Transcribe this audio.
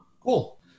Cool